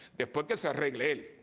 that bouquet so like laid